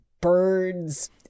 Birds